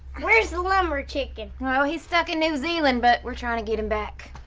where's the lumber chicken? he's stuck in new zealand, but we're trying to get him back.